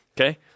Okay